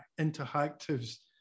Interactive's